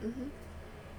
mmhmm